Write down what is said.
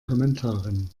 kommentaren